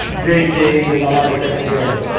great day with alaa the taxi driver.